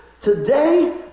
today